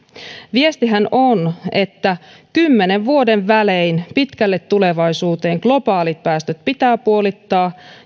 viestihän on että kymmenen vuoden välein pitkälle tulevaisuuteen globaalit päästöt pitää puolittaa